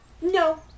No